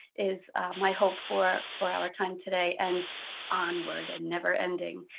is my hope for for our time today and onward, and never-ending.